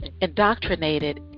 indoctrinated